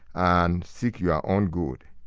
and seek your own good.